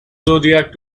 zodiac